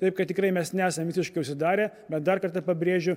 taip kad tikrai mes nesam visiškai užsidarę bet dar kartą pabrėžiu